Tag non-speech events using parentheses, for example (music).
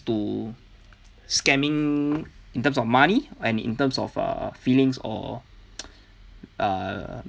to scamming in terms of money and in terms of err feelings or (noise) err